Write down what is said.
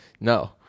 no